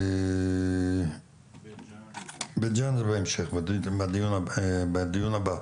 ובית ג'אן שהוא בהמשך, בדיון הבא.